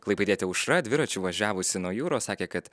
klaipėdietė aušra dviračiu važiavusi nuo jūros sakė kad